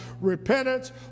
repentance